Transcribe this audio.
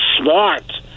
smart